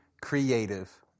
creative